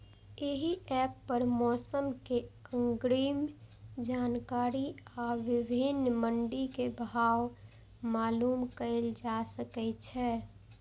एहि एप पर मौसम के अग्रिम जानकारी आ विभिन्न मंडी के भाव मालूम कैल जा सकै छै